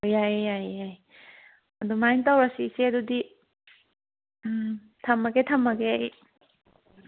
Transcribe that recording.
ꯌꯥꯏꯌꯦ ꯌꯥꯏꯌꯦ ꯌꯥꯏ ꯑꯗꯨꯃꯥꯏꯅ ꯇꯧꯔꯁꯤ ꯏꯆꯦ ꯑꯗꯨꯗꯤ ꯎꯝ ꯊꯝꯃꯒꯦ ꯊꯝꯃꯒꯦ ꯑꯩ